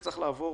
צריך לעבור